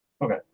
Okay